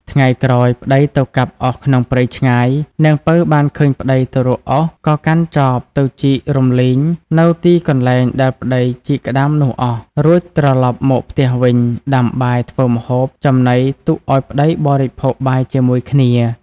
ថ្ងៃក្រោយប្ដីទៅកាប់អុសក្នុងព្រៃឆ្ងាយ នាងពៅបានឃើញប្ដីទៅរកអុសក៏កាន់ចបទៅជីករំលើងនៅទីកន្លែងដែលប្ដីជីកក្ដាមនោះអស់ រួចត្រឡប់មកផ្ទះវិញដាំបាយធ្វើម្ហូបចំណីទុកឲ្យប្ដីបរិភោគបាយជាមួយគ្នា។